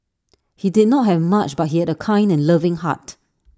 he did not have much but he had A kind and loving heart